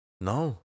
no